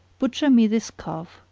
butcher me this calf,